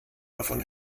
davon